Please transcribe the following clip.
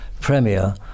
Premier